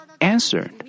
answered